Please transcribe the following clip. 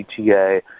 GTA